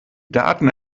daten